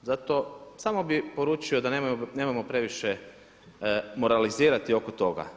Zato samo bi poručio da nemojmo previše moralizirati oko toga.